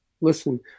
listen